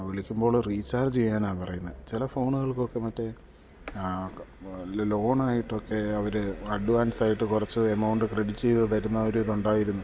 വിളിക്കുമ്പോൾ റീചാർജ് ചെയ്യാനാണ് പറയുന്നത് ചില ഫോണുകളിലേക്കൊക്കെ മറ്റേ ലോണായിട്ടൊക്കെ അവർ അഡ്വാൻസായിട്ട് കുറച്ച് എമൗണ്ട് ക്രെഡിറ്റ് ചെയ്തു തരുന്ന ഒരിത് ഉണ്ടായിരുന്നു